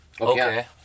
Okay